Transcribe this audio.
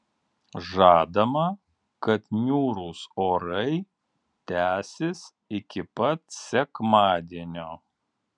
žadama kad niūrūs orai tęsis iki pat sekmadienio